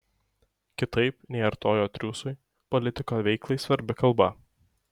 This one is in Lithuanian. kitaip nei artojo triūsui politiko veiklai svarbi kalba